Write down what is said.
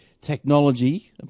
technology